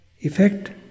Effect